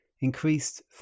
increased